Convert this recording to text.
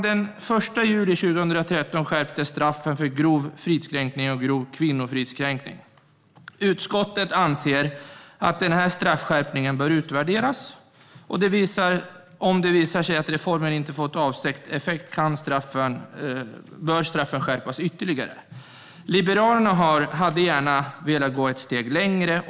Den 1 juli 2013 skärptes straffen för grov fridskränkning och grov kvinnofridskränkning. Utskottet anser att den straffskärpningen bör utvärderas. Om det visar sig att reformen inte har fått avsedd effekt bör straffen skärpas ytterligare. Liberalerna hade gärna velat gå ett steg längre.